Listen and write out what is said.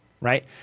right